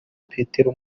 petero